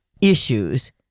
issues